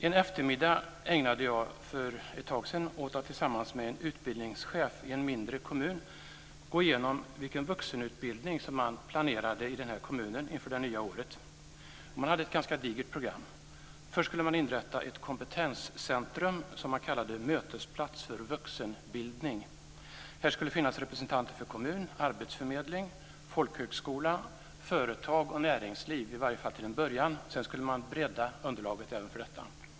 För ett tag sedan ägnade jag en eftermiddag åt att tillsammans med en utbildningschef i en mindre kommun gå igenom vilken vuxenutbildning som man planerade i den här kommunen inför det nya året. Man hade ett ganska digert program. Först skulle man inrätta ett kompetenscentrum som man kallade Mötesplats för vuxenbildning. Här skulle det finnas representanter för kommun, arbetsförmedling, folkhögskola, företag och näringsliv, i alla fall till en början. Sedan skulle man bredda underlaget för detta.